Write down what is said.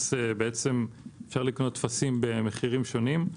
אפשר לקנות טפסים במחירים שונים,